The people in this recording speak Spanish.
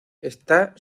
está